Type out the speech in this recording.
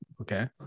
Okay